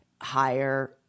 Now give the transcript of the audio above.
higher